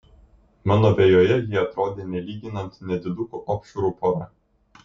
mano vejoje jie atrodė nelyginant nedidukų opšrų pora